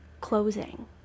closing